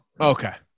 Okay